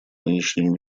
нынешнем